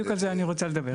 בדיוק על זה אני רוצה לדבר.